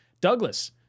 Douglas